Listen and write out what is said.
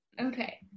Okay